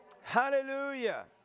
Hallelujah